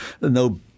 no